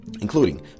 including